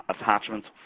attachments